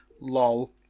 Lol